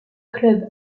club